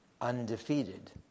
undefeated